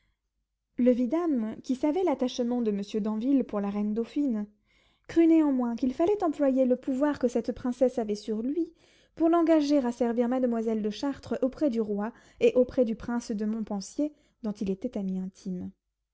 le vidame qui savait l'attachement de monsieur d'anville pour la reine dauphine crut néanmoins qu'il fallait employer le pouvoir que cette princesse avait sur lui pour l'engager à servir mademoiselle de chartres auprès du roi et auprès du prince de montpensier dont il était ami intime